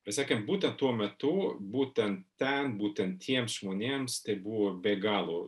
mes sakėm būtent tuo metu būtent ten būtent tiems žmonėms tai buvo be galo